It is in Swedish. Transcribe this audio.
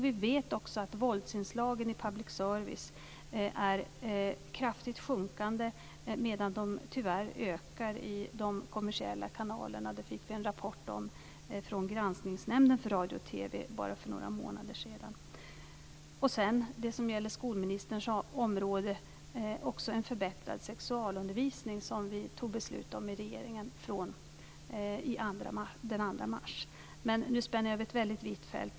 Vi vet också att våldsinslagen i public servicekanalerna är kraftigt sjunkande medan de tyvärr ökar i de kommersiella kanalerna. Det fick vi en rapport om från Granskningsnämnden för radio och TV för bara några månader sedan. När det gäller skolministerns område fattade regeringen den 2 mars också beslut om en förbättrad sexualundervisning. Nu spänner jag över ett väldigt vitt fält.